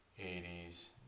80s